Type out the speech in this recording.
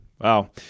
Wow